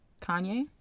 kanye